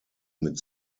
mit